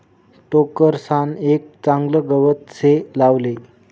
टोकरसान एक चागलं गवत से लावले